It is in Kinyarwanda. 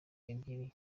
ebyiri